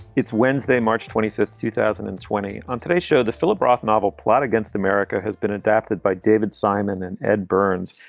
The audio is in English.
it's wednesday, march twenty fifth, two thousand and twenty. on today's show, the philip roth novel plot against america has been adapted by david simon and ed burns,